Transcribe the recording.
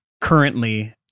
currently